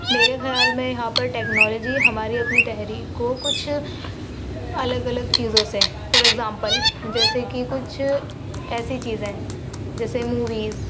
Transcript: میرے خیال میں یہاں پر ٹیکنالوجی ہماری اپنی تحریک کو کچھ الگ الگ چیزوں سے فار اگزامپل جیسے کہ کچھ ایسی چیزیں جیسے موویز